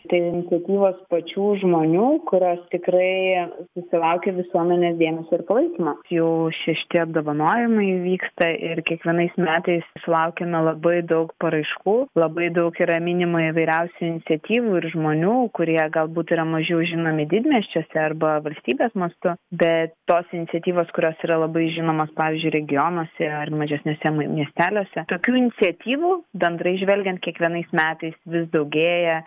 tai iniciatyvos pačių žmonių kurios tikrai susilaukia visuomenės dėmesio ir palaikymo jau šešti apdovanojimai vyksta ir kiekvienais metais sulaukiame labai daug paraiškų labai daug yra minima įvairiausių iniciatyvų ir žmonių kurie galbūt yra mažiau žinomi didmiesčiuose arba valstybės mastu bet tos iniciatyvos kurios yra labai žinomos pavyzdžiui regionuose ar mažesniuose miesteliuose tokių iniciatyvų bendrai žvelgiant kiekvienais metais vis daugėja